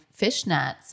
fishnets